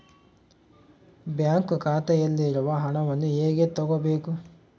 Bank ಖಾತೆಯಲ್ಲಿರುವ ಹಣವನ್ನು ಹೇಗೆ ತಗೋಬೇಕು?